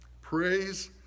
praise